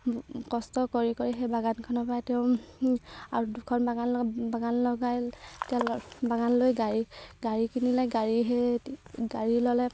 কষ্ট কৰি কৰি সেই বাগানখনৰ পৰাই তেওঁ আৰু দুখন বাগান লগ বাগান লগাই তেওঁ বাগান লৈ গাড়ী গাড়ী কিনিলে গাড়ী সেই গাড়ী ল'লে